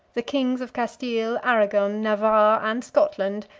the kings of castile, arragon, navarre, and scotland,